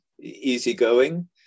easygoing